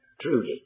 truly